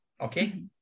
Okay